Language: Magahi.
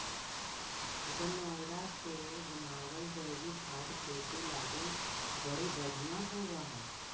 गनऔरा से बनाबल जैविक खाद खेती लागी बड़ी बढ़ियाँ होब हई